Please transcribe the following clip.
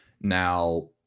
Now